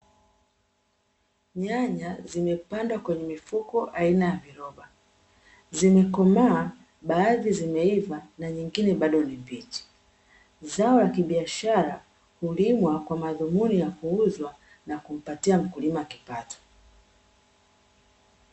Nyanya zimepandwa kwenye mifuko aina ya viroba, zimekomaa baadhi zimeiva na nyingine bado ni mbichi. Zao la kibiashara hulimwa kwa madhumuni ya kuuzwa, na kumpatia mkulima kipato.